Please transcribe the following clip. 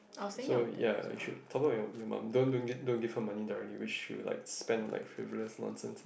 so ya you should top up your your mum don't don't give don't give her money directly which she will like spend on like favourite nonsense